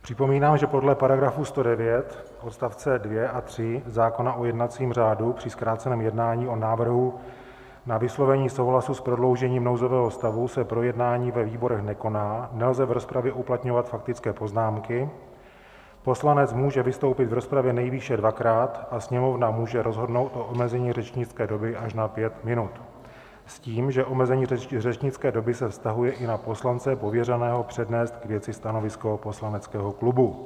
Připomínám, že podle § 109 odst. 2 a 3 zákona o jednacím řádu při zkráceném jednání o návrhu na vyslovení souhlasu s prodloužením nouzového stavu se projednání ve výborech nekoná, nelze v rozpravě uplatňovat faktické poznámky, poslanec může vystoupit v rozpravě nejvýše dvakrát a Sněmovna může rozhodnout o omezení řečnické doby až na pět minut s tím, že omezení řečnické doby se vztahuje i na poslance pověřeného přednést k věci stanovisko poslaneckého klubu.